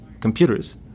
computers